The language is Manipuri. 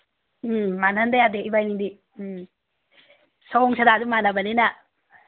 ꯎꯝ ꯃꯥꯟꯅꯍꯟꯗꯕ ꯌꯥꯗꯦ ꯏꯕꯥꯅꯤꯗꯤ ꯎꯝ ꯁꯑꯣꯡ ꯁꯗꯥꯁꯨ ꯃꯥꯟꯅꯕꯅꯤꯅ